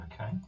Okay